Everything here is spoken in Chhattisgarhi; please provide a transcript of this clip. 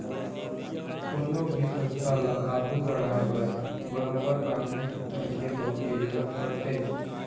कोनो भी संस्था ल आघू बढ़ाय बर बरोबर बाकी मनखे मन के जरुरत पड़थे